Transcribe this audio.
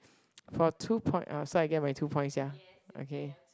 for two points oh so I'll get my two points ya okay